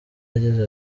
yagize